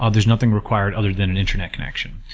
ah there's nothing required other than an internet connection.